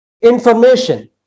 information